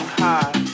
high